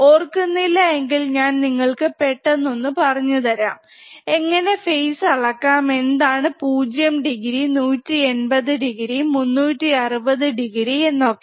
ഓർക്കുന്നില്ല എങ്കിൽ ഞാൻ നിങ്ങൾക്ക് പെട്ടെന്നൊന്നു പറഞ്ഞു തരാം എങ്ങനെ ഫെയ്സ് അളക്കാം എന്താണ് 0 ഡിഗ്രി 180 ഡിഗ്രി 360 ഡിഗ്രി എന്നൊക്കെ